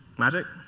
magic?